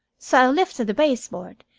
so i lifted the baseboard,